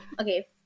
Okay